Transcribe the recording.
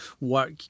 work